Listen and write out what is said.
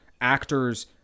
actors